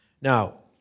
Now